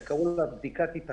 שקוראים לה בדיקת היתכנות,